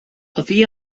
oddi